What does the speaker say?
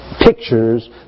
Pictures